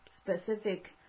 specific